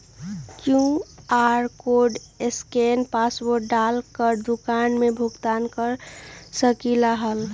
QR code scan password डाल कर दुकान में भुगतान कर सकलीहल?